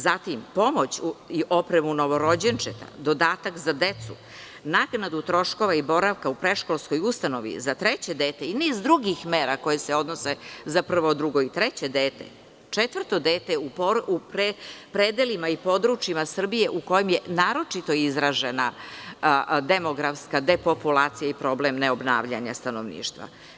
Zatim pomoć i oprema novorođenčetu, dodatak za decu, naknada troškova i boravka u predškolskoj ustanovi za treće dete, i niz drugih mera koje se odnose na prvo, drugo i treće dete, četvrto dete u predelima i područjima Srbije u kojim je naročito izražena demografska depopulacija i problem neobnavljanja stanovništva.